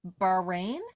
Bahrain